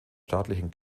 staatlichen